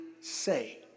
say